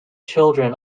children